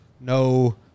no